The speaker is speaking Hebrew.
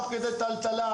תוך כדי טלטלה,